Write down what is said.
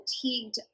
fatigued